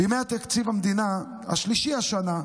בימי תקציב המדינה, השלישי השנה,